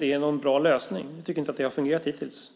Det är ingen bra lösning; det har inte fungerat hittills.